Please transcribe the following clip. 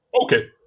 okay